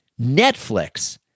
Netflix